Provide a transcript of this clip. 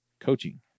Coaching